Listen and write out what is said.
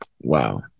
wow